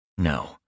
No